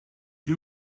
you